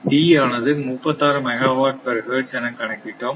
D ஆனது 36 megawatt per hertz என கணக்கிட்டோம்